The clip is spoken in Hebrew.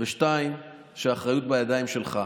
2. שהאחריות בידיים שלך.